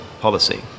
policy